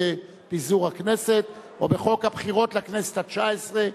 פיזור הכנסת או בחוק הבחירות לכנסת התשע-עשרה.